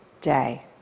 day